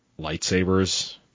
lightsabers